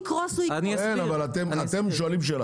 אז אני אסביר למה לעמדתנו היא כן רלוונטית משני טעמים.